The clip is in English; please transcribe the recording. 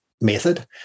method